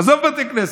עזוב בתי כנסת.